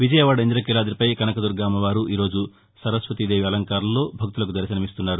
విజయవాడ ఇందకీలాదిపై కనకదుద్గ అమ్మవారు ఈ రోజు సరస్వతీదేవి అలంకారంలో భక్తులకు దర్శనమిస్తున్నారు